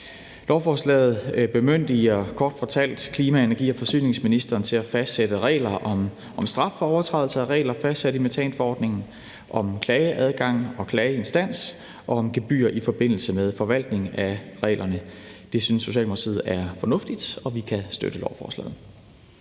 Lovforslaget bemyndiger kort fortalt klima-, energi- og forsyningsministeren til at fastsætte regler om straf for overtrædelser af regler fastsat i metanforordningen, om klageadgang og klageinstans og om gebyrer i forbindelse med forvaltning af reglerne. Det synes Socialdemokratiet er fornuftigt, og vi kan støtte lovforslaget.